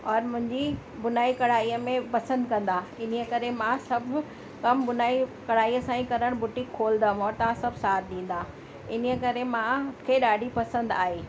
और मुंहिंजी बुनाई कढ़ाईअ में पसंदि कंदा इन ई करे मां सभु कम बुनाई कढ़ाई सां ई करणु बुटीक खोलंदमि और तव्हां सभु साथ ॾींदा इन ई करे मूंखे ॾाढी पसंदि आहे